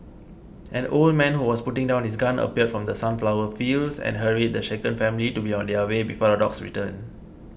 an old man who was putting down his gun appeared from the sunflower fields and hurried the shaken family to be on their way before the dogs return